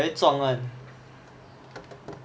very 壮 one